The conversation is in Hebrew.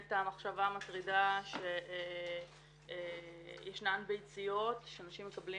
המחשבה המטרידה שישנן ביציות שאנשים מקבלים